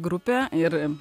grupe ir